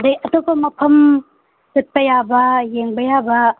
ꯑꯗꯒꯤ ꯑꯇꯣꯞꯄ ꯃꯐꯝ ꯆꯠꯄ ꯌꯥꯕ ꯌꯦꯡꯕ ꯌꯥꯕ